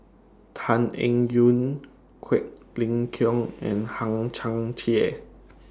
Tan Eng Yoon Quek Ling Kiong and Hang Chang Chieh